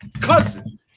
cousin